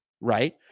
right